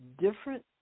different